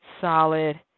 solid